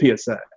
PSA